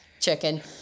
chicken